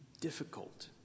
difficult